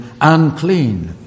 unclean